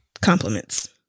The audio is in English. Compliments